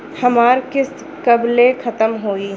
हमार किस्त कब ले खतम होई?